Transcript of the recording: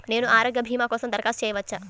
నేను ఆరోగ్య భీమా కోసం దరఖాస్తు చేయవచ్చా?